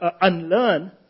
unlearn